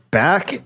back